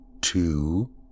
two